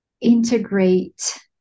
integrate